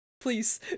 Please